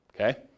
Okay